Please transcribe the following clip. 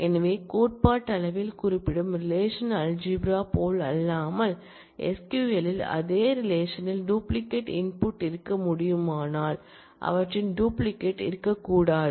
எனவே கோட்பாட்டளவில் குறிப்பிடும் ரெலேஷனல்அல்ஜிப்ரா போலல்லாமல் SQL இல் அதே ரிலேஷன்ல் டூப்ளிகேட் இன்புட் இருக்க முடியுமானால் அவற்றின் டூப்ளிகேட் இருக்கக்கூடாது